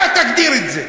אתה תגדיר את זה.